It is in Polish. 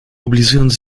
oblizując